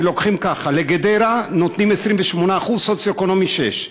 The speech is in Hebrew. ולוקחים ככה: לגדרה נותנים 28% סוציו-אקונומי 6,